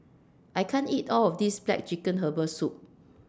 I can't eat All of This Black Chicken Herbal Soup